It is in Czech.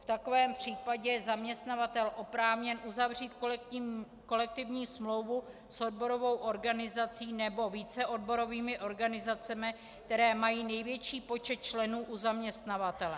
V takovém případě je zaměstnavatel oprávněn uzavřít kolektivní smlouvu s odborovou organizací nebo více odborovými organizacemi, které mají největší počet členů u zaměstnavatele.